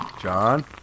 John